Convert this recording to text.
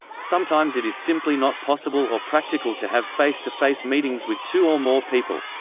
sometimes it is simply not possible or practical to have face-to-face meetings with two or more people.